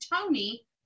Tony